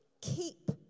keep